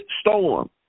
storm